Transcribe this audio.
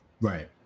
Right